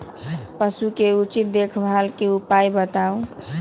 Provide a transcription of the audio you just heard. पशु के उचित देखभाल के उपाय बताऊ?